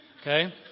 okay